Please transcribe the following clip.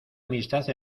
amistad